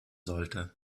sollte